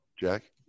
Jack